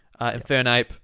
Infernape